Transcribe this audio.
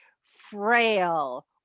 frail